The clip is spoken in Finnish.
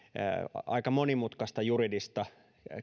aika monimutkaista juridista